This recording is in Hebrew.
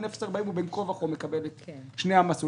בין 0 40 קילומטר הוא בין כה וכה מקבל את שני המסלולים.